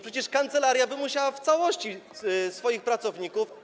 Przecież kancelaria musiałaby w całości swoich pracowników.